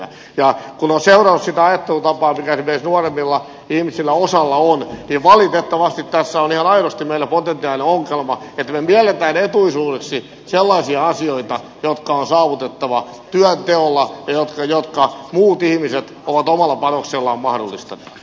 kun on seurannut sitä ajattelutapaa mikä esimerkiksi osalla nuoremmista ihmisistä on niin valitettavasti tässä on ihan aidosti meillä potentiaalinen ongelma että me miellämme etuisuuksiksi sellaisia asioita jotka on saavutettava työnteolla ja jotka muut ihmiset ovat omalla panoksellaan mahdollistaneet